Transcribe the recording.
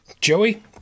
Joey